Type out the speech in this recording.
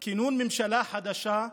כינון ממשלה חדשה,